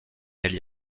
elle